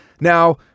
Now